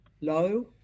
low